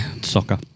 Soccer